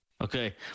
Okay